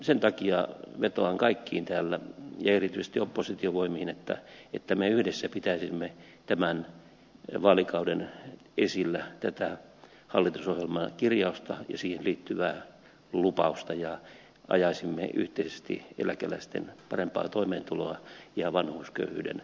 sen takia vetoan kaikkiin täällä ja erityisesti oppositiovoimiin että me yhdessä pitäisimme tämän vaalikauden esillä tätä hallitusohjelman kirjausta ja siihen liittyvää lupausta ja ajaisimme yhteisesti eläkeläisten parempaa toimeentuloa ja vanhuusköyhyyden leikkaamista suomessa